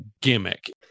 gimmick